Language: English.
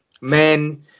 men